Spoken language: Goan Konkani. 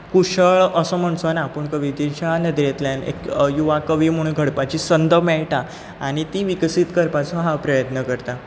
कुशळ असो म्हणचो ना पूण कवितेच्या नदरेंतल्यान एक युवा कवी म्हणून घडपाची संद मेळटा आनी ती विकसीत करपाचो हांव प्रयत्न करतां